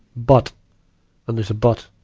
but and there's a but,